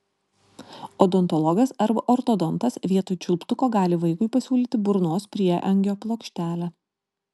odontologas arba ortodontas vietoj čiulptuko gali vaikui pasiūlyti burnos prieangio plokštelę